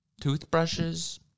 toothbrushes